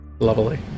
Lovely